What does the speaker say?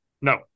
No